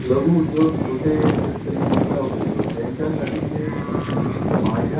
लघुउद्योग छोटे शेतकरी महिला उद्योजक यांच्यासाठी माझ्या